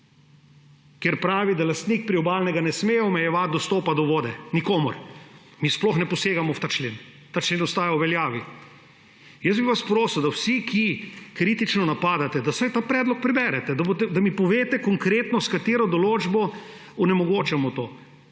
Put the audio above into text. ki pravi, da lastnik priobalnega ne sme omejevati dostopa do vode nikomur. Mi sploh ne posegamo v ta člen. Ta člen ostaja v veljavi. Jaz bi vas prosil, da vsi, ki kritično napadate, da vsaj ta predlog preberete, da mi poveste konkretno, s katero določbo onemogočamo to